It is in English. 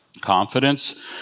Confidence